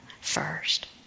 first